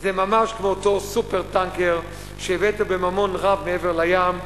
זה ממש כמו אותו "סופר-טנקר" שהבאת בממון רב מעבר לים,